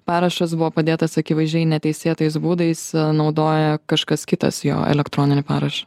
parašas buvo padėtas akivaizdžiai neteisėtais būdais naudoja kažkas kitas jo elektroninį parašą